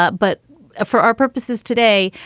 but but for our purposes today,